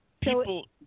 people